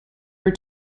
were